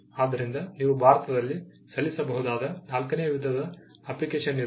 ಆದ್ದರಿಂದ ನೀವು ಭಾರತದಲ್ಲಿ ಸಲ್ಲಿಸಬಹುದಾದ ನಾಲ್ಕನೇ ವಿಧದ ಅಪ್ಲಿಕೇಶನ್ ಇದು